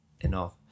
enough